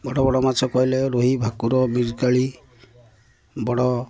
ବଡ଼ ବଡ଼ ମାଛ କହିଲେ ରୋହି ଭାକୁର ମିରକାଳି ବଡ଼